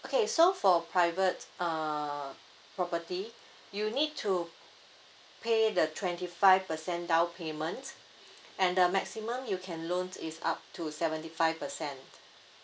okay so for private uh property you need to pay the twenty five percent down payment and the maximum you can loans is up to seventy five percent